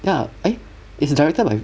ya eh it's directed by